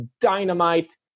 dynamite